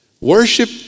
Worship